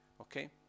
okay